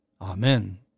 Amen